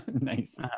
Nice